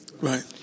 Right